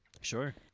Sure